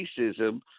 racism –